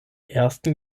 ersten